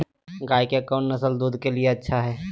गाय के कौन नसल दूध के लिए अच्छा है?